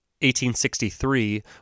1863